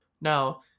Now